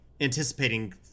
anticipating